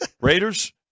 Raiders